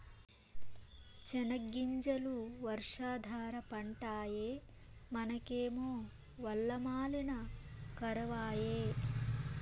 సెనగ్గింజలు వర్షాధార పంటాయె మనకేమో వల్ల మాలిన కరవాయె